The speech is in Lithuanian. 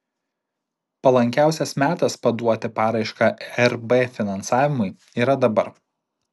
palankiausias metas paduoti paraišką rb finansavimui yra dabar